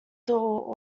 door